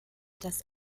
das